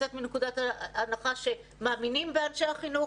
לצאת מנקודת הנחה שמאמינים באנשי החינוך